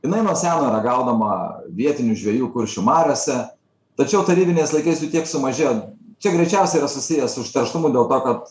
jinai nuo seno ragaudama vietinių žvejų kuršių mariose tačiau tarybiniais laikais jų tiek sumažėjo čia greičiausiai yra susiję su užterštumu dėl to kad